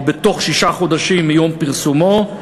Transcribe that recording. או בתוך שישה חודשים מיום פרסומו,